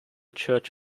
church